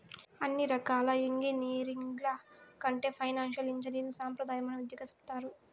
అన్ని రకాల ఎంగినీరింగ్ల కంటే ఫైనాన్సియల్ ఇంజనీరింగ్ సాంప్రదాయమైన విద్యగా సెప్తారు